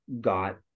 got